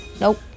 nope